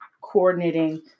coordinating